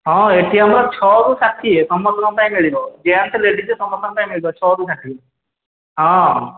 ହଁ ଏଠି ଆମର ଛଅରୁ ଷାଠିଏ ସମସ୍ତଙ୍କ ପାଇଁ ମିଳିବ ଜେଣ୍ଟସ୍ ଲେଡ଼ିଜ୍ ସମସ୍ତଙ୍କ ପାଇଁ ମିଳିବ ଛଅରୁ ଷାଠିଏ ହଁ